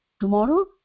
Tomorrow